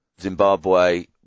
Zimbabwe